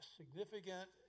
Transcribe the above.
significant